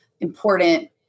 important